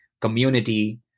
community